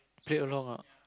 play around ah